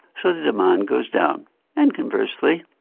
so the demand goes down and conversely.